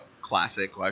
classic